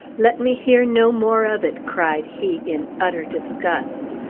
let me hear no more of it! cried he, in utter disgust.